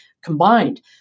combined